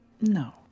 No